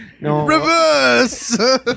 Reverse